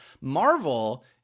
Marvel